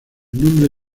nombre